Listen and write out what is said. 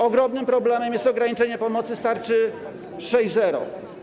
Ogromnym problemem jest ograniczenie pomocy z tarczy 6.0.